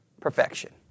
perfection